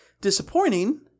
disappointing